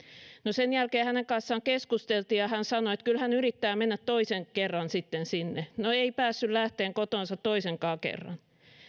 sen jälkeen hänen kanssaan keskusteltiin ja hän sanoi että kyllä hän yrittää mennä toisen kerran sitten sinne no ei päässyt lähtemään kotoaan toisellakaan kerralla